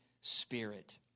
spirit